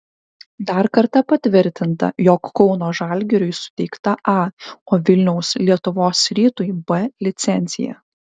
dar kartą patvirtinta jog kauno žalgiriui suteikta a o vilniaus lietuvos rytui b licencija